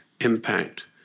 impact